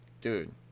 dude